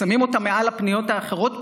שמים אותה מעל הפניות האחרות,